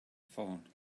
phone